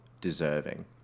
deserving